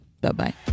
Bye-bye